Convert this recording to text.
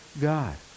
God